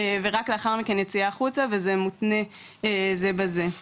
ורק לאחר מכן יציאה החוצה, וזה מותנה זה בזה.